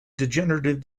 degenerative